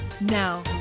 Now